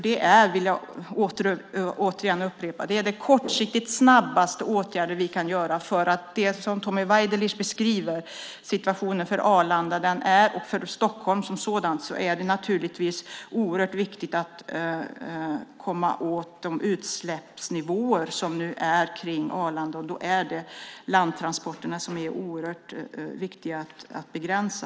Det är, vill jag återigen upprepa, de kortsiktigt snabbaste åtgärder vi kan vidta. Det är som Tommy Waidelich beskriver: För situationen för Arlanda och för Stockholm är det naturligtvis oerhört viktigt att komma åt de utsläppsnivåer som nu råder kring Arlanda. Då är det landtransporterna som det är oerhört viktigt att begränsa.